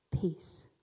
Peace